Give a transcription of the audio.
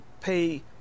pay